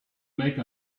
make